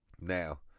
Now